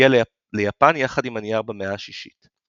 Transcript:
והגיעה ליפן יחד עם הנייר במאה השישית.